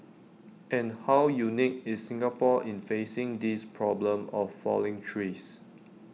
and how unique is Singapore in facing this problem of falling trees